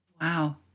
Wow